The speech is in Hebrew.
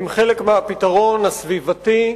הם חלק מהפתרון הסביבתי,